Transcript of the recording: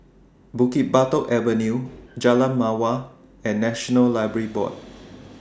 Bukit Batok Avenue Jalan Mawar and National Library Board